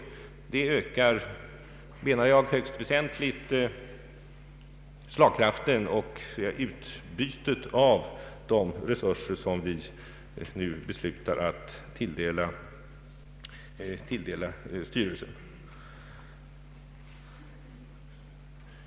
Det ökar, menar jag, högst väsentligt slagkraften och utbytet av de resurser som vi nu beslutar att tilldela styrelsen.